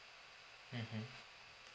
mmhmm